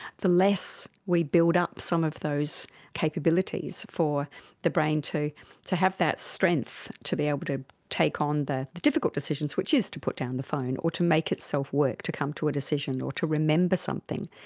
the less we build up some of those capabilities for the brain to to have that strength to be able to take on the the difficult decisions, which is to put down the phone or to make itself work to come to a decision or to remember something.